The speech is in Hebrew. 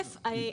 כן.